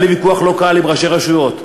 והיה לי ויכוח לא קל עם ראשי רשויות,